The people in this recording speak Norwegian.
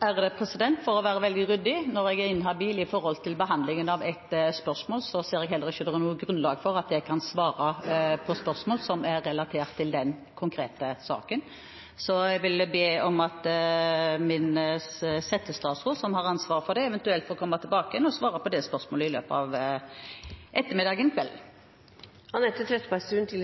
For å være veldig ryddig: Når jeg er inhabil i behandlingen av et spørsmål, ser jeg heller ikke noe grunnlag for å svare på spørsmål som er relatert til den konkrete saken. Så jeg vil be om at min settestatsråd som har ansvaret for det, eventuelt får komme tilbake igjen og svare på det spørsmålet i